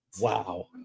wow